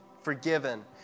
forgiven